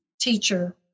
teacher